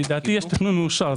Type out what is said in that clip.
לדעתי יש תכנון מאושר.